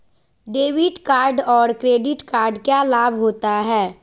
Debit card और credit card क्या लाभ होता है?